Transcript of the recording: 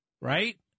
right